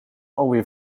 alweer